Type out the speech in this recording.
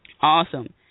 Awesome